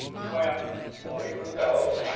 clamp away from the bellows.